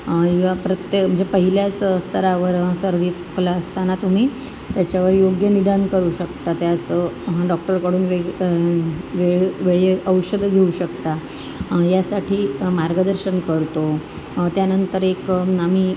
ह्या प्रत्येक म्हणजे पहिल्याच स्तरावर सर्दी खोकला असताना तुम्ही त्याच्यावर योग्य निदान करू शकता त्याचं डॉक्टरकडून वेग औषधं घेऊ शकता आणि यासाठी मार्गदर्शन करतो त्यानंतर एक आम्ही